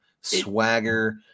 Swagger